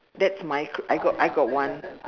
that's my cr~ I got I got one